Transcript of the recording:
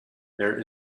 there